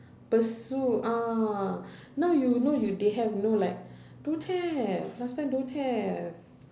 pursue ah now you know you they have you know like don't have last time don't have